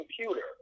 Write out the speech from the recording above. computer